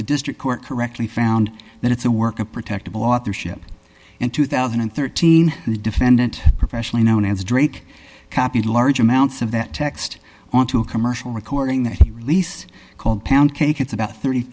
the district court correctly found that it's a work of protectable authorship in two thousand and thirteen the defendant professionally known as drake copied large amounts of that text onto a commercial recording the release called poundcake it's about thirty